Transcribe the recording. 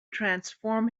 transform